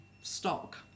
stock